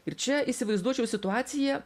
ir čia įsivaizduočiau situaciją